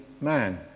man